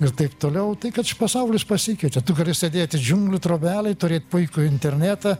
ir taip toliau tai kad pasaulis pasikeitė tu gali sėdėti džiunglių trobelėj turėt puikų internetą